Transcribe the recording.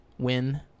Win